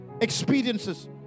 experiences